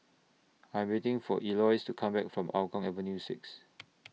I'm waiting For Eloise to Come Back from Hougang Avenue six